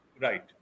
right